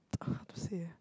uh how to say eh